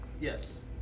Yes